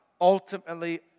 ultimately